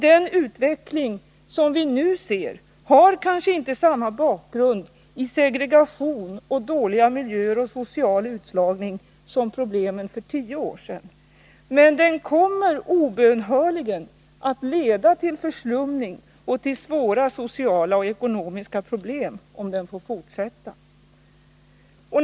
Den utveckling vi nu ser har kanske inte samma bakgrund i segregation, dåliga miljöer och social utslagning som problemen för tio år sedan. Men den kommer obönhörligen att leda till förslumning och till svåra sociala och ekonomiska problem om den får fortsätta.